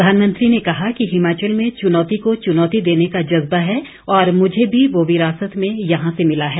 प्रधानमंत्री ने कहा कि हिमाचल में चुनौती को चुनौती देने का जज्बा है और मुझे भी वो विरासत में यहां से मिला है